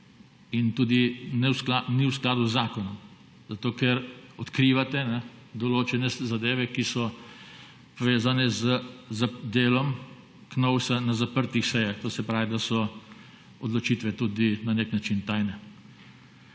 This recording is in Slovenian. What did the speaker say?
In tudi ni v skladu z zakonom, zato ker odkrivate določene zadeve, ki so vezane na delo Knovsa na zaprtih sejah. To se pravi, da so tudi odločitve na nek način tajne.